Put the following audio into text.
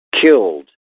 killed